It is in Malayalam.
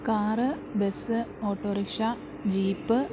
car bus autorickshaw jeep